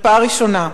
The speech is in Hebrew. מרפאה ראשונה.